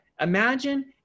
imagine